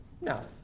No